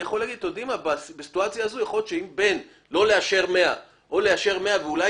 אז בין לא לאשר 100 או לאשר 100 ואולי